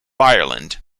ireland